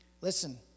listen